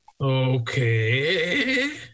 Okay